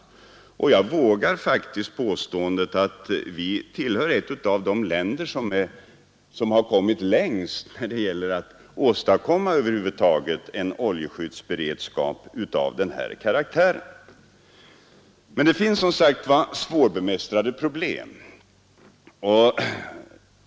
Jag vågar faktiskt påstå att Sverige är ett av de länder som har kommit längst när det gäller att åstadkomma en oljeskyddsberedskap av den här karaktären. Men det finns som sagt svårbemästrade problem.